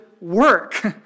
work